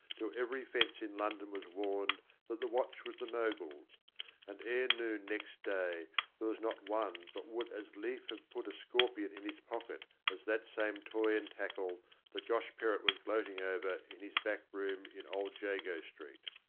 till every fence in london was warned that the watch was the mogul's and ere noon next day there was not one but would as lief have put a scorpion in his pocket as that same toy and tackle that josh perrott was gloating over in his back room in old jago street.